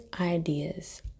ideas